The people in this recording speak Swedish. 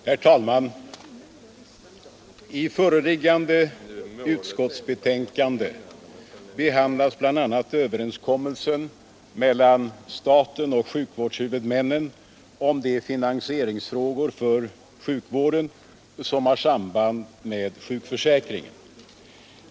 Herr talman! I föreliggande utskottsbetänkande behandlas bl.a. överenskommelsen mellan staten och sjukvårdshuvudmännen om de finansieringsfrågor för sjukvården som har samband med sjukförsäkringen.